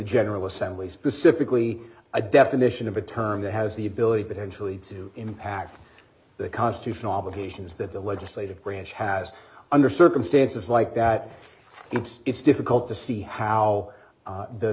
general assembly specifically a definition of a term that has the ability but actually to impact the constitutional obligations that the legislative branch has under circumstances like that and it's difficult to see how